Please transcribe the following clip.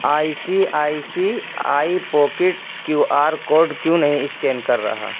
آئی سی آئی سی آئی pockets Q R code کیوں نہیں scan کر رہا